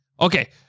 Okay